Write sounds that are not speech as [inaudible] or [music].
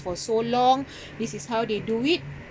for so long [breath] this is how they do it